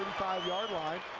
five yard line.